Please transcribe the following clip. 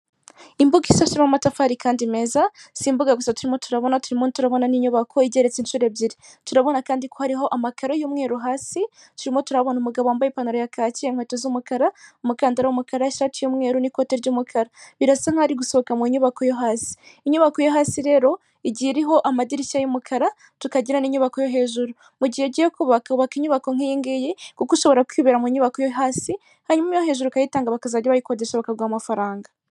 Imbuga isasheho amatafari kandi meza, si imbuga gusa turimo turabona, turimo turabona n'inyubako igeretse inshuro ebyiri, turabona kandi ko hariho amakaro y'umweru hasi, turimo turabona umugabo wambaye ipantaro ya kaki, inkweto z'umukara, umukandara w'umukara, ishati y'umweru n'ikoti ry'umukara, birasa nkaho ari gusohoka mu nyubako yo hasi. Inyubako yo hasi rero igiye iriho amadirishya y'umukara tukagira n'inyubako yo hejuru, mu gihe ugiye kubaka, ubaka inyubako nk'iyi ngiyi kuko ushobora kwibera mu nyubako yo hasi hanyuma iyo hejuru ukayitanga bakazajya bayikodesha bakaguha amafaranga.